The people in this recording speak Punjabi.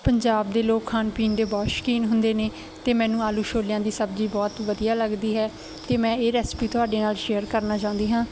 ਪੰਜਾਬ ਦੇ ਲੋਕ ਖਾਣ ਪੀਣ ਦੇ ਬਹੁਤ ਸ਼ੌਕੀਨ ਹੁੰਦੇ ਨੇ ਅਤੇ ਮੈਨੂੰ ਆਲੂ ਛੋਲਿਆਂ ਦੀ ਸਬਜ਼ੀ ਬਹੁਤ ਵਧੀਆ ਲੱਗਦੀ ਹੈ ਅਤੇ ਮੈਂ ਇਹ ਰੈਸਪੀ ਤੁਹਾਡੇ ਨਾਲ ਸ਼ੇਅਰ ਕਰਨਾ ਚਾਹੁੰਦੀ ਹਾਂ